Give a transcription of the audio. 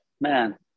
Man